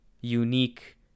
unique